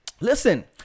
Listen